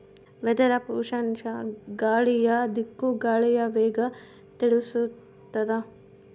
weather app ಉಷ್ಣಾಂಶ ಗಾಳಿಯ ದಿಕ್ಕು ಗಾಳಿಯ ವೇಗ ತಿಳಿಸುತಾದ